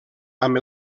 amb